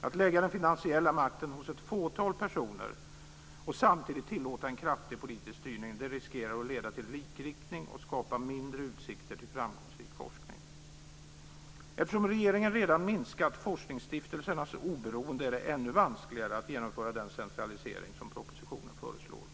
Att lägga den finansiella makten hos ett fåtal personer och samtidigt tillåta en kraftig politisk styrning riskerar att leda till likriktning och skapa mindre utsikter till framgångsrik forskning. Eftersom regeringen redan minskat forskningsstiftelsernas oberoende är det ännu vanskligare att genomföra den centralisering som föreslås i propositionen.